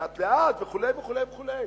לאט-לאט וכו' וכו' וכו'.